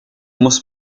muss